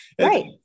right